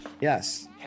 Yes